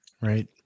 right